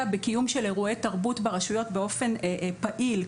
בקיום של אירועי תרבות ברשויות באופן פעיל,